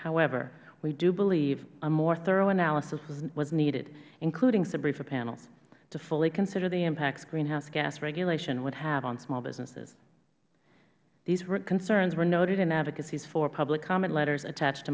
however we do believe a more thorough analysis was needed including sbrefa panels to fully consider the impacts greenhouse gas regulation would have on small businesses these concerns were noted in advocacy's four public comment letters attached to